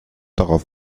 darauf